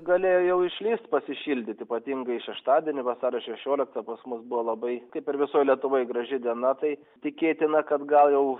galėjo jau išlįst pasišildyti ypatingai šeštadienį vasario šešioliktą pas mus buvo labai kaip ir visoj lietuvoj graži diena tai tikėtina kad gal jau